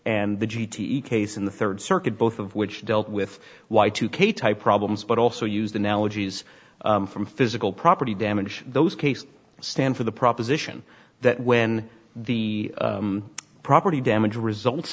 and the g t e case in the third circuit both of which dealt with yk type problems but also used analogies from physical property damage those cases stand for the proposition that when the property damage results